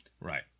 Right